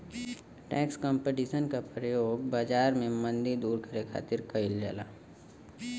tax competition क प्रयोग बाजार में मंदी दूर करे खातिर कइल जाला